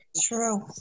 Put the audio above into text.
True